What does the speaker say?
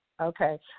okay